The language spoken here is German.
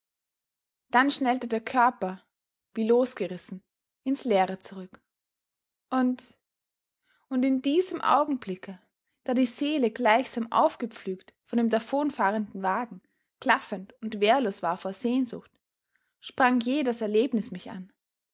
dann schnellte der körper wie losgerissen ins leere zurück und und in diesem augenblicke da die seele gleichsam aufgepflügt von dem davonfahrenden wagen klaffend und wehrlos war vor sehnsucht sprang jäh das erlebnis mich an